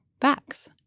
facts